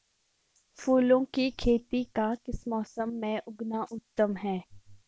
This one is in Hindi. फूलों की खेती का किस मौसम में उगना उत्तम है?